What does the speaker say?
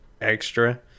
extra